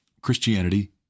Christianity